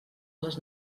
les